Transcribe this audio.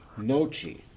Nochi